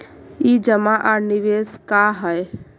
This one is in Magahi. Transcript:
ई जमा आर निवेश का है?